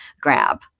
grab